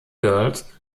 girls